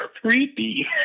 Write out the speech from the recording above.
creepy